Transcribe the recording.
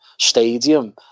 Stadium